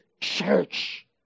church